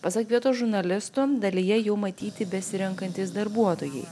pasak vietos žurnalistų dalyje jų matyti besirenkantys darbuotojai